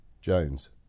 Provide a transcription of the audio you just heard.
Jones